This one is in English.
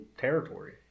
territory